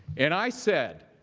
and i said,